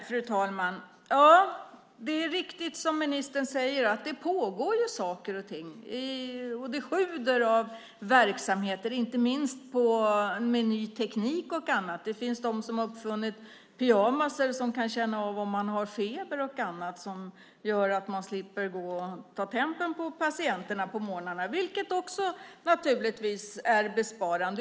Fru talman! Ja, det är riktigt som ministern säger att det pågår saker och ting. Det sjuder av verksamheter, inte minst med ny teknik. Det finns de som har uppfunnit pyjamasar som kan känna av om man har feber. Det gör att personalen slipper ta tempen på patienterna på morgnarna, vilket naturligtvis också är besparande.